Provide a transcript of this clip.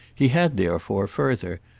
he had therefore, further,